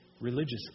religious